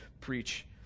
preach